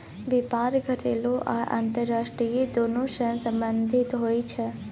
बेपार घरेलू आ अंतरराष्ट्रीय दुनु सँ संबंधित होइ छै